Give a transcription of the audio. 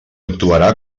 actuarà